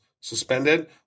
suspended